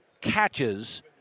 catches